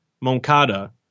Moncada